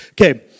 Okay